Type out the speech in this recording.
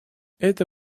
это